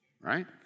right